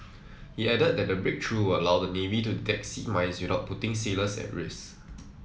he added that the breakthrough will allow the navy to detect sea mines without putting sailors at risk